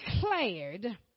declared